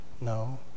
No